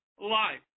life